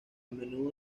menudo